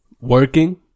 working